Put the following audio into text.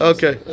Okay